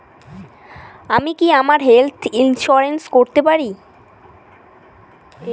আমি কি আমার হেলথ ইন্সুরেন্স করতে পারি?